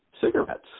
cigarettes